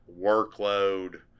workload